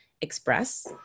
express